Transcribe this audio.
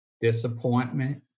disappointment